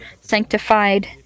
Sanctified